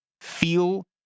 feel